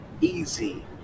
easy